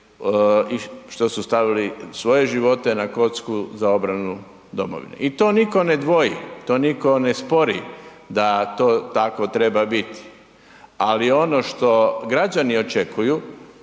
što su stavili svoje živote na kocku za obranu domovine i to nitko ne dvoji, to nitko ne spori da to tako treba biti. Ali, ono što građani očekuju,